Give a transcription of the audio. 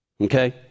okay